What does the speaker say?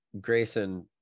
grayson